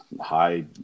high